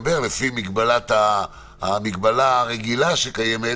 פה זו לא כל-כך הכרעה רפואית כי אנחנו כאנשי בריאות